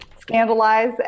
scandalize